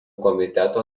komiteto